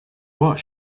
what